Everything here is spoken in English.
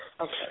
Okay